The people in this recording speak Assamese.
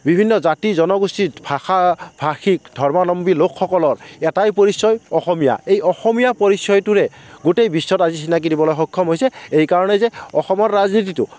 বিভিন্ন জাতি জনগোষ্ঠী ভাষা ভাষিক ধৰ্মাৱলম্বী লোকসকলৰ এটাই পৰিচয় অসমীয়া এই অসমীয়া পৰিচয়টোৰে গোটেই বিশ্বত আজি চিনাকি দিবলৈ সক্ষম হৈছে এইকাৰণে যে অসমৰ ৰাজনীতিটো